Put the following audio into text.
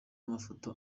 amafoto